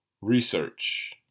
research